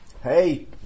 Hey